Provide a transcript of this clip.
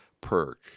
perk